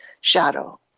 shadow